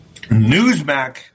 Newsmax